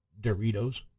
Doritos